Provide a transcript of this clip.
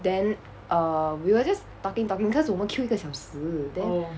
then err we were just talking talking cause 我们 queue 一个小时 then